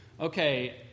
Okay